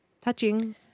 touching